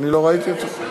לא ראיתי אותו.